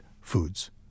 foods